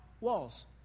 walls